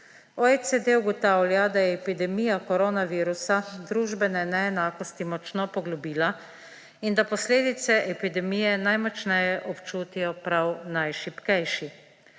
OECD ugotavlja, da je epidemija koronavirusa družbene neenakosti močno poglobila in da posledice epidemije najmočneje občutijo prav najšibkejši.